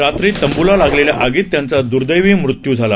रात्री तंबूला लागलेल्या आगीत त्यांचा दुर्दैवी मृत्यू झाला